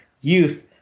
youth